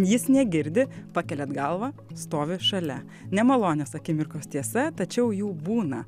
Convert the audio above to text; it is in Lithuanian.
jis negirdi pakeliat galvą stovi šalia nemalonios akimirkos tiesa tačiau jų būna